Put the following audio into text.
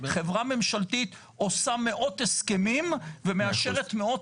חברה ממשלתית עושה מאות הסכמים ומאשרת מאות